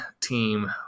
team